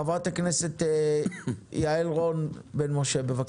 חברת הכנסת יעל רון בן משה, בבקשה.